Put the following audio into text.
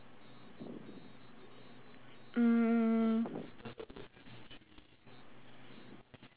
mm